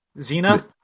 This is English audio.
Zena